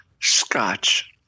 Scotch